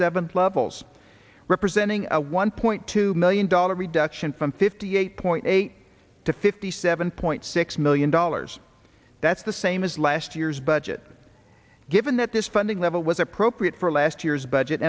seven levels representing a one point two million dollars reduction from fifty eight point eight to fifty seven point six million dollars that's the same as last year's budget given that this funding level was appropriate for last year's budget